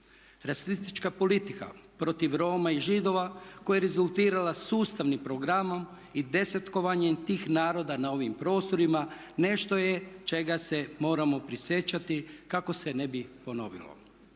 Rasistička politika protiv Roma i Židova koja je rezultirala sustavnim programom i desetkovanjem tih naroda na ovim prostorima nešto je čega se moramo prisjećati kako se ne bi ponovilo.